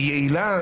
היא יעילה?